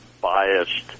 biased